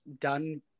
done